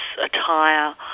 attire